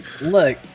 Look